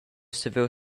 saviu